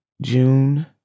June